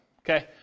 okay